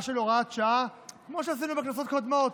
של הוראת שעה כמו שעשינו בכנסת קודמות.